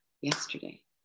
yesterday